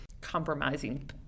compromising